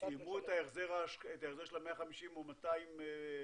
סיימו את ההחזר של 150% או 200%?